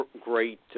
great